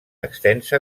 extensa